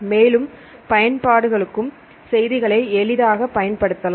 மேலும் பயன்பாடுகளுக்கும் செய்திகளை எளிதாக பயன்படுத்தலாம்